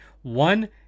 One